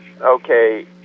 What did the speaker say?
okay